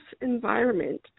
environment